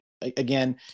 again